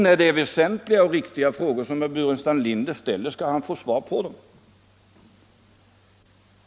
När det är väsentliga och viktiga frågor herr Burenstam Linder ställer skall han få svar på dem.